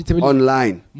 online